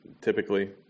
typically